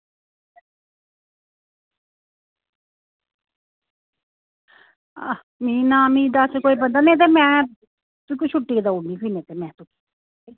मिगी ना मिगी दस्स कोई बंदा नेईं ते में तुगी छुट्टी देई ओड़नी फिर में तुगी